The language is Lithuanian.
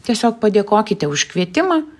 tiesiog padėkokite už kvietimą